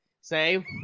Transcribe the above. say